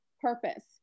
purpose